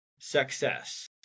success